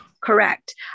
Correct